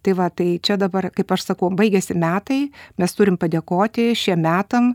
tai va tai čia dabar kaip aš sakau baigėsi metai mes turim padėkoti šiem metam